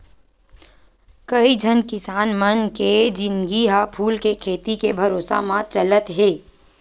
कइझन किसान मन के जिनगी ह फूल के खेती के भरोसा म चलत हे